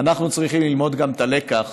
אנחנו צריכים ללמוד גם את הלקח,